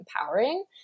empowering